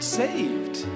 saved